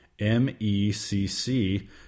M-E-C-C